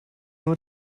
nur